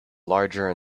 larger